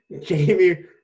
Jamie